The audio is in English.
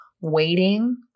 waiting